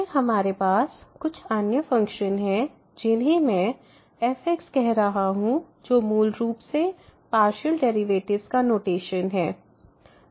फिर हमारे पास कुछ अन्य फ़ंक्शन हैं जिन्हें मैं fx कह रहा हूं जो मूल रूप से पार्शियल डेरिवेटिव्स का नोटेशन है